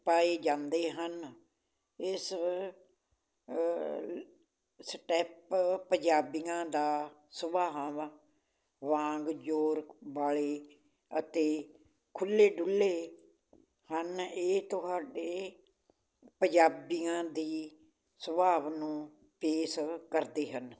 ਪਾਏ ਜਾਂਦੇ ਹਨ ਇਸ ਸਟੈਪ ਪੰਜਾਬੀਆਂ ਦਾ ਸੁਭਾਵਾਂ ਵਾਂਗ ਜੋਰ ਵਾਲੀ ਅਤੇ ਖੁੱਲ੍ਹੇ ਡੁੱਲ੍ਹੇ ਹਨ ਇਹ ਤੁਹਾਡੇ ਪੰਜਾਬੀਆਂ ਦੀ ਸੁਭਾਅ ਨੂੰ ਪੇਸ਼ ਕਰਦੇ ਹਨ